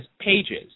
Pages